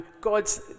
God's